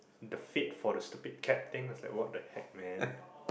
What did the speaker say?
the fit for the stupid cap thing I was like what the heck man